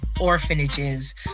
orphanages